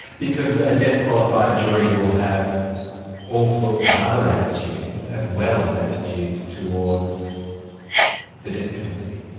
because a death-qualified jury will have all sorts of other attitudes as well as attitudes towards the death penalty.